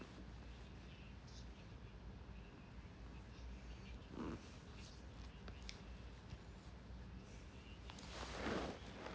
mm